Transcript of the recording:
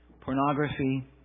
pornography